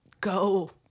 go